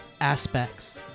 aspects